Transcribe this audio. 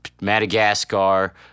Madagascar